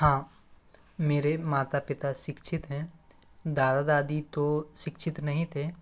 हाँ मेरे माता पिता हैं दादा दादी तो नहीं थे